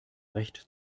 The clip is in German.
recht